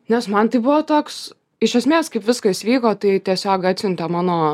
nes man tai buvo toks iš esmės kaip viskas vyko tai tiesiog atsiuntė mano